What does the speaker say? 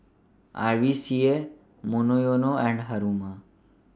R V C A Monoyono and Haruma